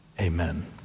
Amen